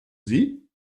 sie